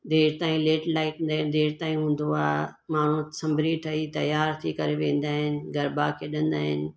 देरि ताईं late night में देरि ताईं हूंदो आहे माण्हू संभरी ठही तयार थी करे वेंदा आहिनि गरबा खेॾंदा आहिनि